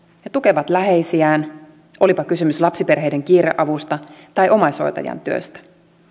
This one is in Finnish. he tukevat läheisiään olipa kysymys lapsiperheiden kiireavusta tai omaishoitajan työstä